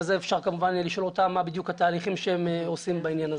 ואפשר כמובן לשאול אותם מה בדיוק התהליכים שהם עושים בעניין הזה.